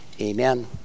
Amen